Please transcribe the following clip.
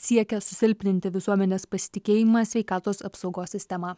siekia susilpninti visuomenės pasitikėjimą sveikatos apsaugos sistema